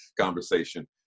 conversation